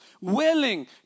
willing